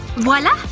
voila!